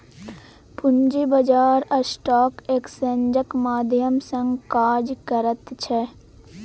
पूंजी बाजार स्टॉक एक्सेन्जक माध्यम सँ काज करैत छै